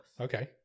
Okay